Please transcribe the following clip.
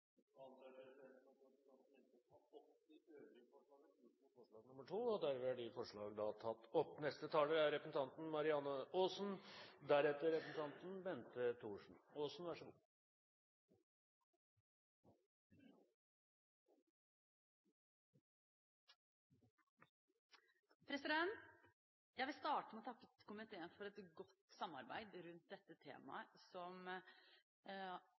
forslag nr. 2. Derved er de forslagene da tatt opp. Jeg vil starte med å takke komiteen for et godt samarbeid rundt dette temaet som